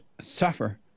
suffer